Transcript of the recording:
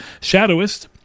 Shadowist